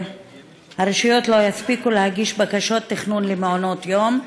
הרשויות לא יספיקו להגיש בקשות תכנון למעונות יום: